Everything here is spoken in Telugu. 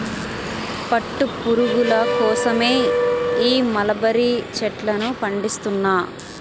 పట్టు పురుగుల కోసమే ఈ మలబరీ చెట్లను పండిస్తున్నా